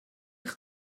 eich